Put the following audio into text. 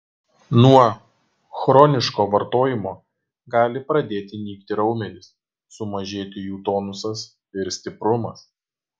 nuo chroniško vartojimo gali pradėti nykti raumenys sumažėti jų tonusas ir stiprumas